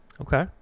Okay